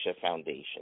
Foundation